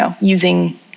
using